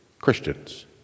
Christians